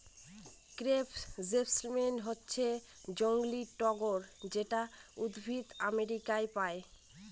crepe jasmine হচ্ছে জংলী টগর যেটা উদ্ভিদ আমেরিকায় পায়